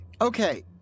Okay